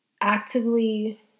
Actively